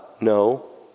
No